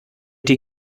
die